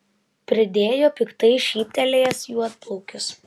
pridėjo piktai šyptelėjęs juodplaukis